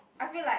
I feel like